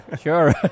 Sure